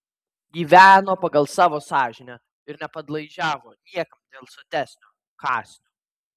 gyveno pagal savo sąžinę ir nepadlaižiavo niekam dėl sotesnio kąsnio